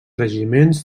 regiments